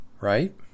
right